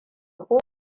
ko